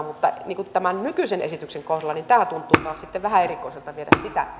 mutta tämän nykyisen esityksen kohdalla tuntuu taas sitten vähän erikoiselta viedä sitä